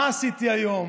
מה עשיתי היום?